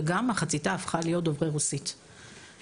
וגם מחציתה הפכה להיות דוברי רוסית - מה